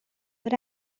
but